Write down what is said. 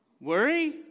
Worry